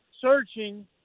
searching